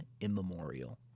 immemorial